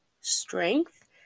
strength